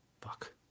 Fuck